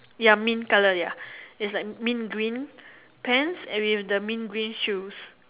ya mint colour ya it's like mint green pants and with the mint green shoes